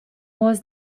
was